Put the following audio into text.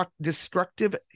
destructive